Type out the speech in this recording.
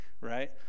Right